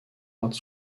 art